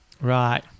Right